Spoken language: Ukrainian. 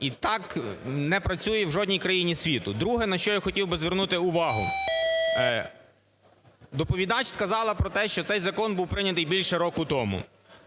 І так не працює в жодній країні світу. Друге, на що я хотів би звернути увагу. Доповідач сказала про те, що цей закон був прийнятий більше року тому.